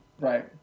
Right